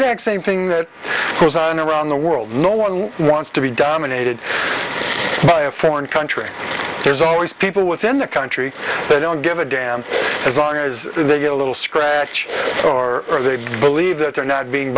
exact same thing that goes on around the world no one wants to be dominated by a foreign country there's always people within the country that don't give a damn as long as they get a little scratch or are they believe that they're not being